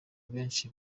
benshi